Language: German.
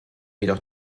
jedoch